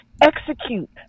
execute